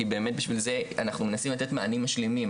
כי באמת בשביל זה אנחנו מנסים לתת מענים משלימים.